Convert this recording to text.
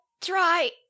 try